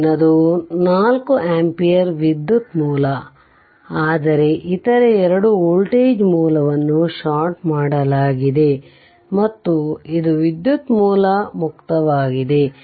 ಮುಂದಿನದು 4 ಆಂಪಿಯರ್ ವಿದ್ಯುತ್ ಮೂಲವಿದೆ ಆದರೆ ಇತರ 2 ವೋಲ್ಟೇಜ್ ಮೂಲವನ್ನು ಷಾರ್ಟ್ ಮಾಡಲಾಗಿದೆ ಮತ್ತು ಇದು ವಿದ್ಯುತ್ ಮೂಲ ಮುಕ್ತವಾಗಿದೆ